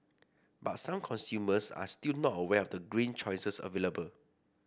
but some consumers are still not aware of the green choices available